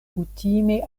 kutime